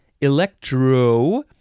electro